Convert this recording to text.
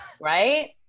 Right